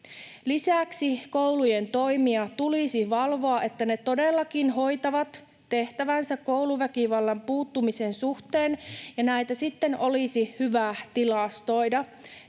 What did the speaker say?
Lisäksi koulujen toimia tulisi valvoa, että ne todellakin hoitavat tehtävänsä kouluväkivaltaan puuttumisen suhteen, ja näitä sitten olisi hyvä tilastoida.